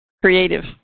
creative